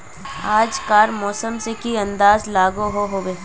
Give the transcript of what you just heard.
आज कार मौसम से की अंदाज लागोहो होबे?